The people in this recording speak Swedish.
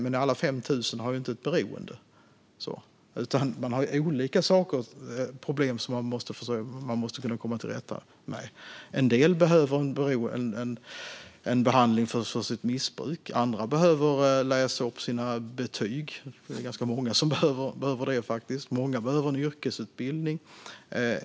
Men alla 5 000 har inte ett beroende, utan de har olika problem som man måste komma till rätta med. En del behöver en behandling för sitt missbruk. Andra behöver läsa upp sina betyg. Det är faktiskt ganska många som behöver det. Många behöver en yrkesutbildning.